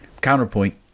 Counterpoint